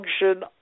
function